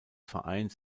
vereins